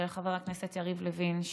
ולחבר הכנסת יריב לוין,